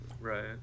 Right